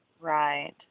Right